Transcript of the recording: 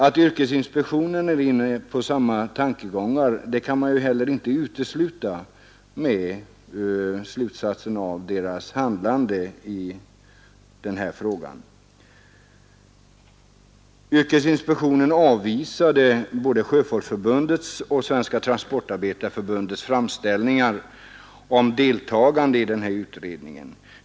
Att yrkesinspektionen är inne på samma tankegångar kan heller inte uteslutas, att döma av dess handlande i det här sammanhanget. Yrkesinspektionen avvisade både Svenska sjöfolksförbundets och Svenska transportarbetareförbundets framställningar om deltagande i utredningen.